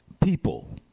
people